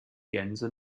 gänse